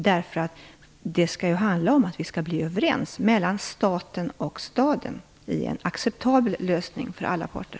Det handlar om att staten och staden skall komma överens om en acceptabel lösning för alla parter.